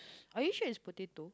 are you sure is potato